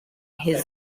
his